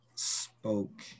spoke